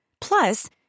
Plus